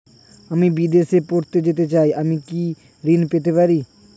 আমি বিদেশে পড়তে যেতে চাই আমি কি ঋণ পেতে পারি?